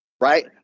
right